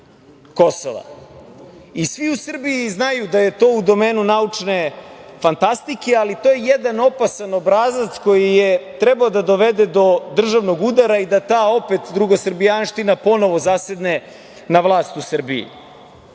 Svi u Srbiji znaju da je to u domenu naučne fantastike, ali to je jedan opasan obrazac koji je trebalo da dovede do državnog udara i da ta opet drugosrbijanština ponovo zasedne na vlast u Srbiji. Prava